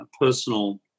personal